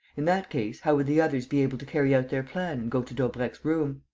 in that case, how would the others be able to carry out their plan and go to daubrecq's room?